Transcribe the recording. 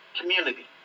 community